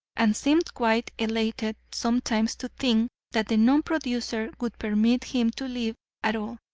and seemed quite elated sometimes to think that the non-producer would permit him to live at all.